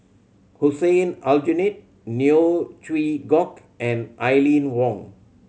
Hussein Aljunied Neo Chwee Kok and Aline Wong